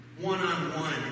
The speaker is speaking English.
One-on-one